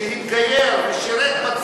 החוק הזה שאת דיברת עליו,